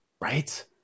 Right